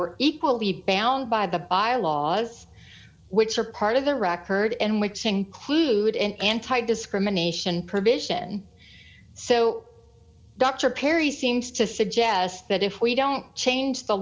were equally bound by the bylaws which are part of the record and which include an anti discrimination provision so dr perry seems to suggest that if we don't change the